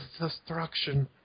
Destruction